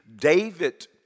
David